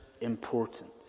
important